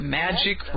magic